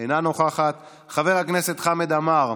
אינה נוכחת, חבר הכנסת חמד עמאר,